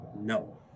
No